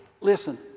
listen